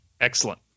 Excellent